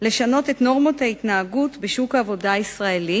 לשנות את נורמות ההתנהגות בשוק העבודה הישראלי